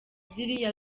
ziriya